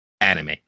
Anime